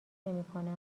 نمیکنم